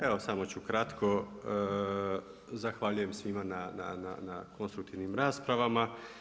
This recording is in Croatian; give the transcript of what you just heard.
Evo samo ću kratko, zahvaljujem svima na konstruktivnim raspravama.